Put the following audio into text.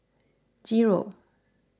zero